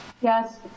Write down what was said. Yes